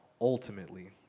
ultimately